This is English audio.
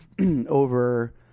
over